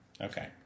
Okay